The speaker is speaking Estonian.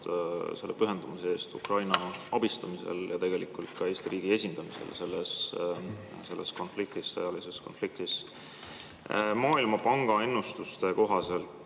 selle pühendumuse eest Ukraina abistamisel ja tegelikult ka Eesti riigi esindamisel selles sõjalises konfliktis! Maailmapanga ennustuste kohaselt